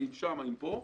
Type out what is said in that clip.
האם שם או פה?